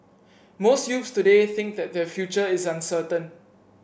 most youths today think that their future is uncertain